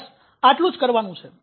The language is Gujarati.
બસ આટલું જ કરવાનું છે